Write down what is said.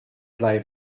play